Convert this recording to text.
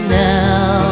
now